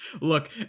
Look